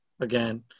Again